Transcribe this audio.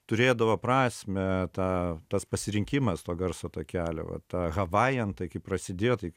turėdavo prasmę tą tas pasirinkimas to garso takelio va ta havajan tai kai prasidėjo taip